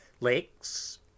lakes